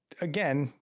again